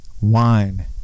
Wine